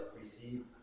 Receive